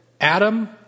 Adam